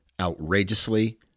outrageously